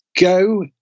go